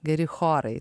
geri chorai